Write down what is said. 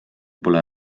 pole